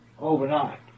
overnight